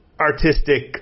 artistic